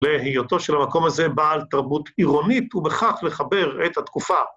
להיותו של המקום הזה בעל תרבות עירונית ובכך לחבר את התקופה.